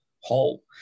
whole